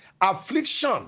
Affliction